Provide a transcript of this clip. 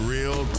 Real